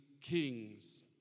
kings